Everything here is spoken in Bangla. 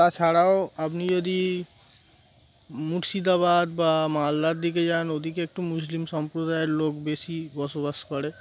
তাছাড়াও আপনি যদি মুর্শিদাবাদ বা মালদার দিকে যান ওদিকে একটু মুসলিম সম্প্রদায়ের লোক বেশি বসবাস করে